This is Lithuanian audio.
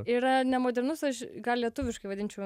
yra nemodernus aš gal lietuviškai vadinčiau